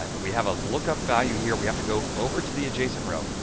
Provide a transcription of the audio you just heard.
um we have a lookup value here, we have to go over to the adjacent row,